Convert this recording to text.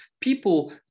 people